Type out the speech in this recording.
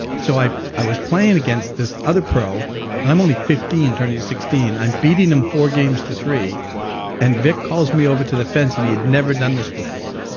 so i i was playing against this other pro and i'm only fifteen turning sixteen. i'm beating him four games to three and vic calls me over to the fence and he had never done this before.